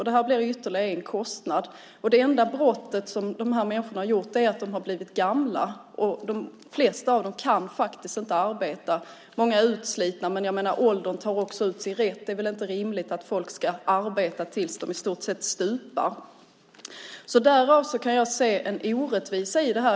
Det här blir ytterligare en kostnad. Det enda "brott" som de här människorna har begått är att de har blivit gamla. De flesta av dem kan faktiskt inte arbeta. Många är utslitna, åldern tar ut sin rätt. Det är väl inte rimligt att folk ska arbeta tills de i stort sett stupar. Där kan jag se en orättvisa.